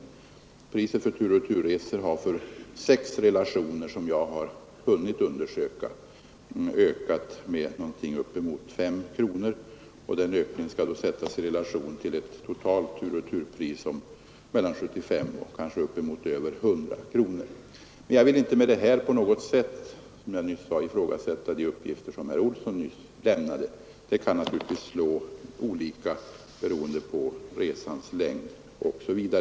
Priset för tur och retur-resor har för sex relationer som jag hunnit undersöka ökat med upp emot 5 kronor, och den ökningen skall då sättas i relation till ett totalt tur och retur-pris på mellan 75 och kanske över 100 kronor. Men som jag nyss sade vill jag inte med detta ifrågasätta de uppgifter som herr Olsson här har lämnat. Det kan naturligtvis slå olika, beroende på bl.a. resans längd.